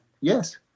Yes